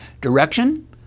direction